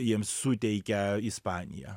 jiems suteikia ispanija